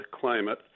climate